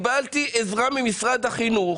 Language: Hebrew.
קיבלתי עזרה ממשרד החינוך.